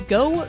go